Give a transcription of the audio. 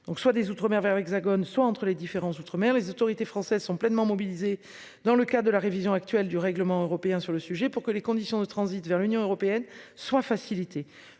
soit des Outre-mer vers l'Hexagone, soit entre les différences d'outre-mer les autorités françaises sont pleinement mobilisées dans le cas de la révision actuelle du règlement européen sur le sujet pour que les conditions de transit vers l'Union européenne soit facilité